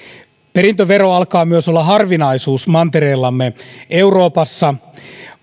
perintövero alkaa olla harvinaisuus myös mantereellamme euroopassa